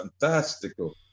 fantastical